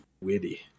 witty